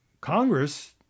Congress